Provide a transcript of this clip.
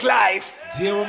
life